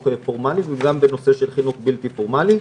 פורמאלי וגם בנושא של חינוך בלתי פורמאלי.